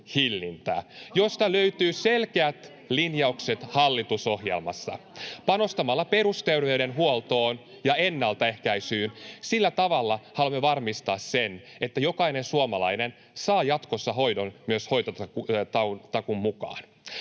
josta löytyy selkeät linjaukset hallitusohjelmasta. Panostamalla perusterveydenhuoltoon ja ennaltaehkäisyyn haluamme sillä tavalla varmistaa sen, että jokainen suomalainen saa jatkossa hoidon myös hoitotakuun mukaan.